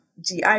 GI